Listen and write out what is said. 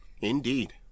Indeed